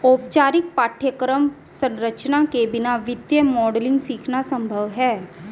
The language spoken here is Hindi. औपचारिक पाठ्यक्रम संरचना के बिना वित्तीय मॉडलिंग सीखना संभव हैं